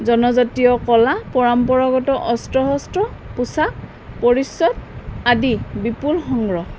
জনজাতীয় কলা পৰম্পৰাগত অস্ত্ৰ শস্ত্ৰ পোচাক পৰিচ্ছদ আদি বিপুল সংগ্ৰহ